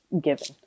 given